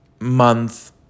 month